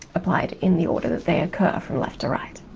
applied in the order that they occur from left to right.